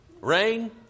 rain